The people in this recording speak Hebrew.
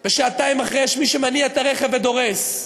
ושעתיים אחרי יש מי שמניע את הרכב ודורס,